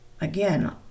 again